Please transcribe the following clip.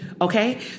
okay